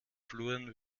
fluren